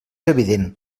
evident